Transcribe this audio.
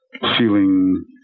feeling